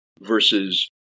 versus